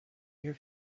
your